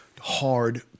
hard